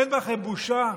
אין בכם בושה?